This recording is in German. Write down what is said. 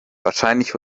wahrscheinlich